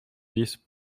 dix